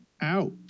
out